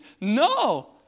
No